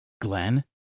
Glenn